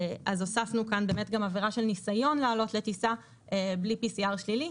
אז הוספנו כאן גם עבירה של ניסיון לעלות לטיסה בלי PCR שלילי.